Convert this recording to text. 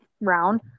round